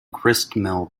gristmill